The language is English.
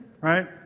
right